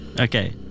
okay